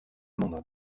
mandat